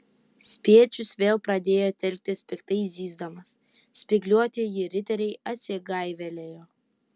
spiečius vėl pradėjo telktis piktai zyzdamas spygliuotieji riteriai atsigaivelėjo